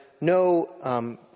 no